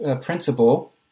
principle